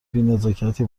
بینزاکتی